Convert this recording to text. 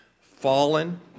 fallen